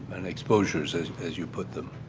and exposures as as you put them.